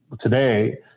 today